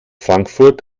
frankfurt